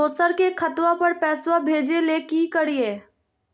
दोसर के खतवा पर पैसवा भेजे ले कि करिए?